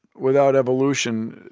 without evolution,